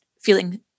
feeling